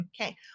Okay